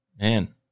Man